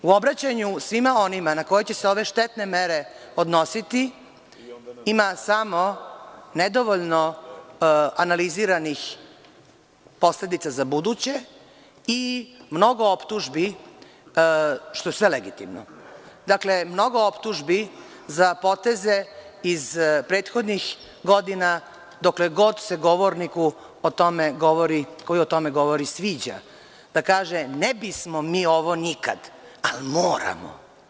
U obraćanju svima onima na koje će se ove štetne mere odnositi, ima samo nedovoljno analiziranih posledica za buduće i mnogo optužbi, što je sve legitimno, za poteze iz prethodnih godina, dokle god se govorniku koji o tome govori sviđa, da kaže – ne bismo mi ovo nikad, ali moramo.